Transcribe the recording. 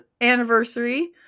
anniversary